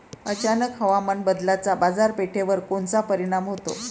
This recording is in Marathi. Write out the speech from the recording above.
अचानक हवामान बदलाचा बाजारपेठेवर कोनचा परिणाम होतो?